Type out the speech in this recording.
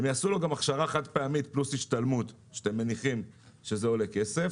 הם יעשו לו גם הכשרה חד פעמית פלוס השתלמות שאתם מניחים שזה עולה כסף.